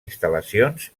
instal·lacions